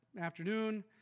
afternoon